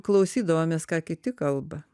klausydavomės ką kiti kalba